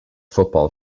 football